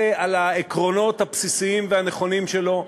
על העקרונות הבסיסיים והנכונים שלו,